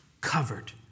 covered